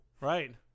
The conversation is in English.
Right